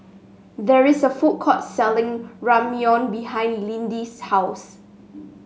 there is a food court selling Ramyeon behind Lidie's house